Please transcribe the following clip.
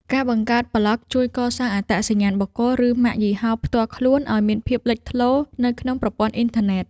ការបង្កើតប្លក់ជួយកសាងអត្តសញ្ញាណបុគ្គល ឬម៉ាកយីហោផ្ទាល់ខ្លួនឱ្យមានភាពលេចធ្លោនៅក្នុងប្រព័ន្ធអ៊ីនធឺណិត។